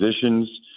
positions